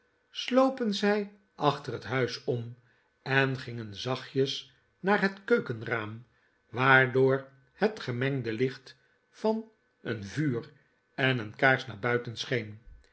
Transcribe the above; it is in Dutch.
slopen zij achter het huis om en gingen zachtjes naar het keukenraam waardoor het gemengde licht van een vuur en een kaars naar buiten